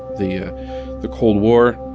the ah the cold war,